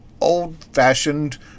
old-fashioned